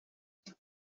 بودن